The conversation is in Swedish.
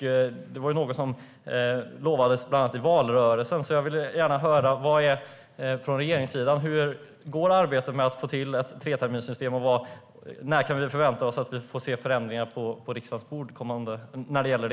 Det var något som utlovades bland annat i valrörelsen. Jag vill gärna höra hur arbetet går för regeringen med att få fram ett treterminssystem. När kan vi förvänta oss att se förslag på riksdagens bord?